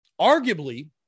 arguably